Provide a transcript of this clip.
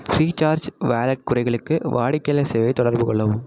free charge wallet குறைகளுக்கு வாடிக்கையாளர் சேவை தொடர்புகொள்ளவும்